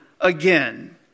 again